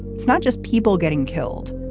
it's not just people getting killed.